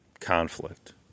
conflict